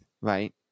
right